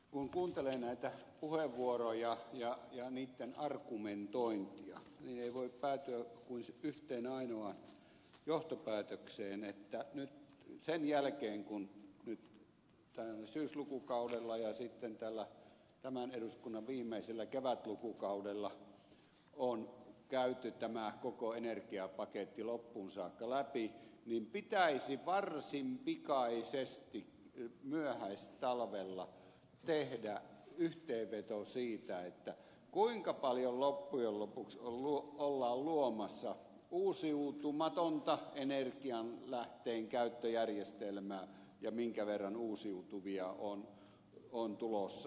kun kuuntelee näitä puheenvuoroja ja niitten argumentointia ei voi päätyä kuin yhteen ainoaan johtopäätökseen että sen jälkeen kun tällä syyslukukaudella ja sitten tämän eduskunnan viimeisellä kevätlukukaudella on käyty tämä koko energiapaketti loppuun saakka läpi pitäisi varsin pikaisesti myöhäistalvella tehdä yhteenveto siitä kuinka paljon loppujen lopuksi ollaan luomassa uusiutumattoman energialähteen käyttöjärjestelmää ja minkä verran uusiutuvia on tulossa